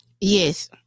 Yes